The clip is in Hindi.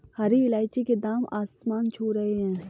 हरी इलायची के दाम आसमान छू रहे हैं